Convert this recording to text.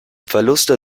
verluste